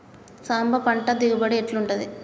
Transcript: సాంబ పంట దిగుబడి ఎట్లుంటది?